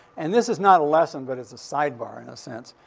and this is not a lesson. but it's a sidebar, in a sense.